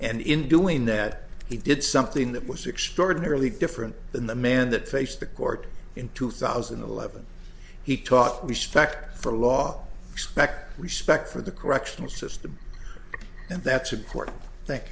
and in doing that he did something that was extraordinarily different than the man that faced the court in two thousand and eleven he taught respect for law expect respect for the correctional system and that's important thank